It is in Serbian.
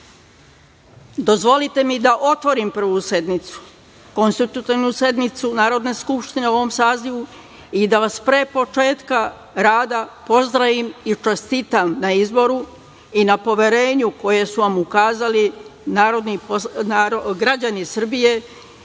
danas. Dozvolite mi da otvorim Prvu (konstitutivnu) sednicu Narodne skupštine u ovom sazivu i da vas, pre početka rada, pozdravim i čestitam na izboru i na poverenju koje su vam ukazali građani Srbije